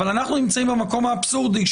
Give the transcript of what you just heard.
אבל אנחנו נמצאים במקום אבסורדי,